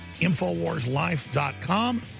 InfoWarsLife.com